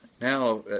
Now